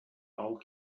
old